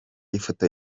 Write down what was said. ifoto